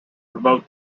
promote